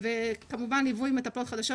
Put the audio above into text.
כמובן גם ליווי מטפלות חדשות,